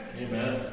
Amen